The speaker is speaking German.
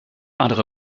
andere